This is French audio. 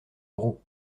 gros